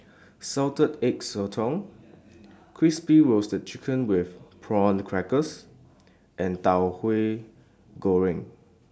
Salted Egg Sotong Crispy Roasted Chicken with Prawn Crackers and Tauhu Goreng